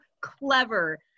clever